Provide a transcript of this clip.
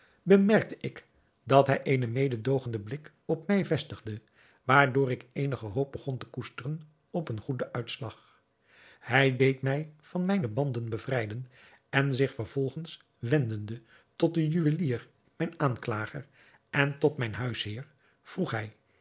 bemerkte ik dat hij eenen mededoogenden blik op mij vestigde waardoor ik eenige hoop begon te koesteren op een goeden uitslag hij deed mij van mijne banden bevrijden en zich vervolgens wendende tot den juwelier mijn aanklager en tot mijn huisheer vroeg hij